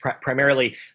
primarily